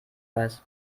weiß